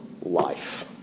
life